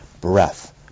Breath